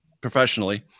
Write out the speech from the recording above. professionally